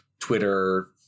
Twitter